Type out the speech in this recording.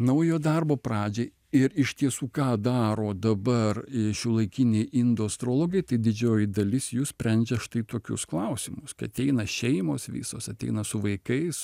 naujo darbo pradžiai ir iš tiesų ką daro dabar šiuolaikiniai indų astrologai tai didžioji dalis jų sprendžia štai tokius klausimus kai ateina šeimos visos ateina su vaikais